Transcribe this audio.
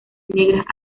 negras